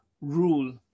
rule